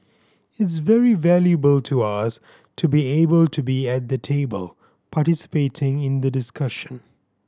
it's very valuable to us to be able to be at the table participating in the discussion